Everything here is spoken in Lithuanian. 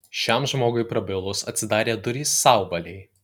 šiam žmogui prabilus atsidarė durys sauvalei